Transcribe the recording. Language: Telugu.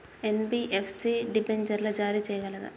ఎన్.బి.ఎఫ్.సి డిబెంచర్లు జారీ చేయగలదా?